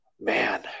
man